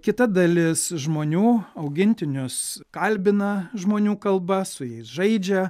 kita dalis žmonių augintinius kalbina žmonių kalba su jais žaidžia